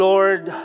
Lord